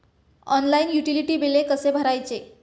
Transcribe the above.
Online utility बिले कसे भरायचे?